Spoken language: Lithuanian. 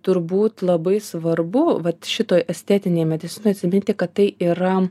turbūt labai svarbu vat šito estetinėj medicinoj atsiminti kad tai yra